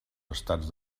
estats